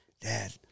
dad